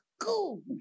cool